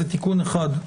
מדובר בתיקון אחד.